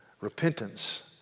repentance